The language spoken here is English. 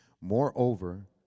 Moreover